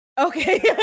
okay